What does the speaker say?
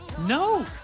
No